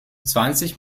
zwanzig